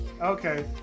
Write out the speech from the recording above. Okay